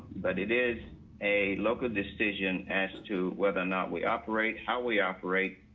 but it is a local decision as to whether or not we operate, how we operate,